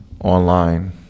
online